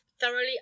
thoroughly